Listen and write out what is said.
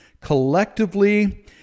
collectively